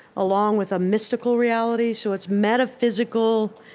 along with a mystical reality. so it's metaphysical.